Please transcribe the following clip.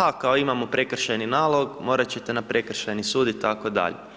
ha, kao imamo prekršajni nalog, morati ćete na Prekršajni sud itd.